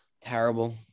terrible